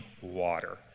water